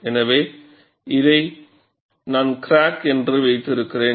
எனவே இதை நான் கிராக் என்று வைத்திருக்கிறேன்